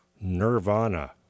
Nirvana